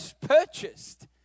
purchased